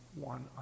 one